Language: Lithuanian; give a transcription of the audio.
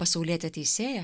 pasaulietė teisėja